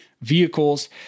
vehicles